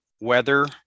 weather